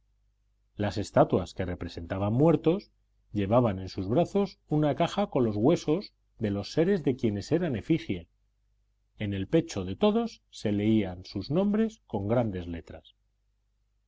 las estatuas que representaban muertos llevaban en sus brazos una caja con los huesos de los seres de quienes eran efigie en el pecho de todos se leían sus nombres con grandes letras